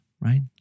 right